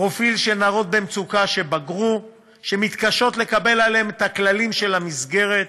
פרופיל של נערות במצוקה שבגרו שמתקשות לקבל עליהן את הכללים של המסגרת,